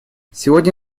сегодня